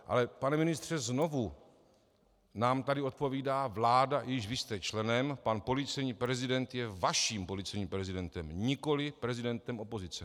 Ale pane ministře, znovu nám tady odpovídá vláda, jejímž vy jste členem, a pan policejní prezident je vaším policejním prezidentem, nikoliv prezidentem opozice.